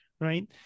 right